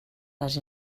les